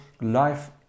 life